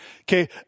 Okay